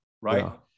Right